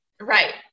Right